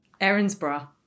Erinsborough